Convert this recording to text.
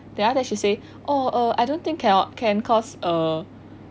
there that she say oh eh I don't think can can cause eh